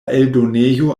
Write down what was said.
eldonejo